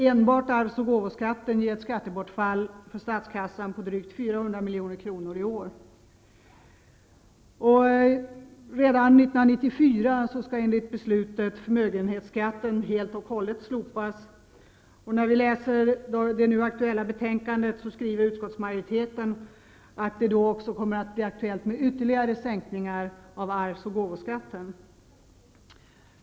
Enbart arvs och gåvoskatten ger ett skattebortfall för statskassan på drygt 400 milj.kr i år. Redan 1994 skall enligt beslutet förmögenhetsskatten slopas helt och hållet, och i det nu aktuella betänkandet skriver utskottet att det då också kommer att bli aktuellt med ytterligare sänkningar av arvs och gåvoskatten.